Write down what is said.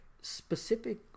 specific